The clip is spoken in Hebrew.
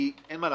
כי מה לעשות,